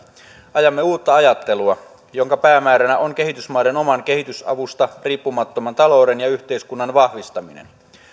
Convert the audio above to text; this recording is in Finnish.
ajamme uutta ajattelua jonka päämääränä on kehitysmaiden oman kehitysavusta riippumattoman talouden ja yhteiskunnan vahvistaminen